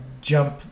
jump